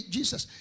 Jesus